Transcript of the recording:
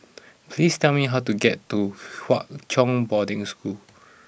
please tell me how to get to Hwa Chong Boarding School